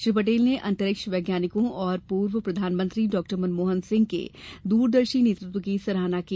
श्री पटेल ने अंतरिक्ष वैज्ञानिकों और पूर्व प्रधानमंत्री डाक्टर मनमोहन सिंह के द्रदर्शी नेतृत्व की सराहना की